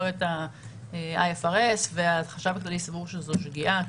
את ה-IFRS והחשב הכללי סבור שזאת שגיאה.